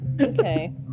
okay